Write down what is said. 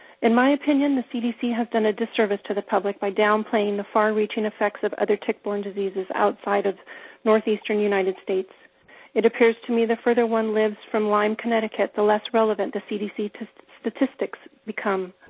in my opinion, the cdc has done a disservice to the public by downplaying the far-reaching effects of other tick-borne diseases outside of northeastern united states it appears to me the further one lives from lyme, connecticut, the less relevant the cdc statistics become.